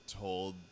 told